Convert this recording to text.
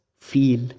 feel